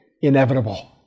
Inevitable